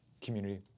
community